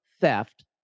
theft